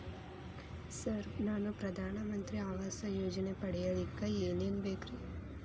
Sir ನಾನು ಪ್ರಧಾನ ಮಂತ್ರಿ ಆವಾಸ್ ಯೋಜನೆ ಪಡಿಯಲ್ಲಿಕ್ಕ್ ಏನ್ ಏನ್ ಬೇಕ್ರಿ?